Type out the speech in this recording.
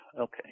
Okay